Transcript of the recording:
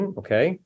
okay